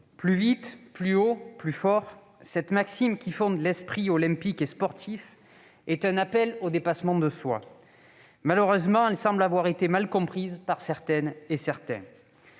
Plus vite, plus haut, plus fort », cette maxime qui fonde l'esprit olympique et sportif est un appel au dépassement de soi. Malheureusement, elle semble avoir été mal comprise par certaines et certains.